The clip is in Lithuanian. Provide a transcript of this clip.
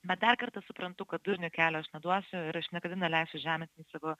bet dar kartą suprantu kad durniui kelio aš neduosiu ir aš niekada neleisiu žeminti savo